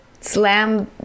slam